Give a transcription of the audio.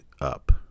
up